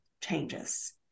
changes